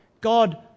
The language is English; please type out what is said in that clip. God